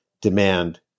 demand